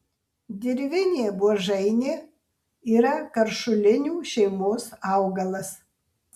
dirvinė buožainė yra karšulinių šeimos augalas